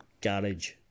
garage